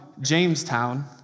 Jamestown